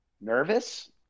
nervous